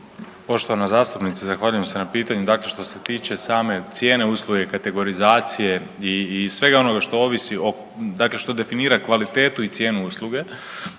Poštovana zastupnice, zahvaljujem se na pitanju. Dakle što se tiče same cijene usluge, kategorizacije i svega onoga što ovisi o, dakle što definira kvalitetu i cijenu usluge,